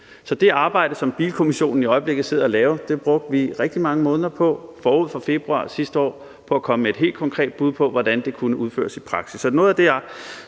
Så det arbejde, som bilkommissionen i øjeblikket sidder og laver, brugte vi rigtig mange måneder på forud for februar sidste år for at komme med et helt konkret bud på, hvordan det kunne udføres i praksis.